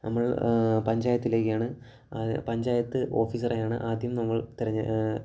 നമ്മൾ പഞ്ചായത്തിലേക്കാണ് പഞ്ചായത്ത് ഓഫീസറെയാണ് ആദ്യം നമ്മൾ തിരഞ്ഞ്